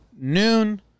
noon